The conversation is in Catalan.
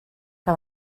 que